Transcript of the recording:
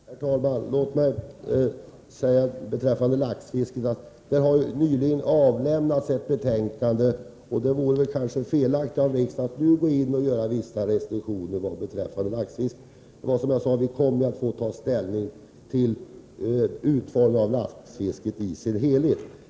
Herr talman! Låt mig säga beträffande laxfisket att det nyligen har avlämnats ett betänkande och att det därför vore felaktigt av riksdagen att nu fatta beslut om restriktioner. Vi kommer, som jag sade, att få ta ställning till utformningen av laxfisket i dess helhet.